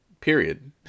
period